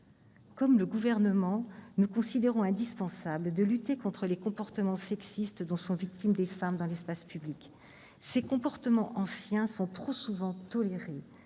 Comme le Gouvernement, nous considérons qu'il est essentiel de lutter contre les comportements sexistes dont sont victimes les femmes dans l'espace public. Ces comportements anciens sont trop souvent tolérés,